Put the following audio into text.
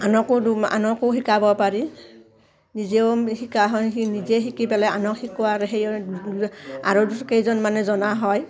আনকো আনকো শিকাব পাৰি নিজেও শিকা হয় সি নিজে শিকি পেলাই আনক শিকোৱা আৰু সেই আৰু কেইজনমানে জনা হয়